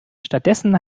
stattdessen